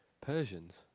persians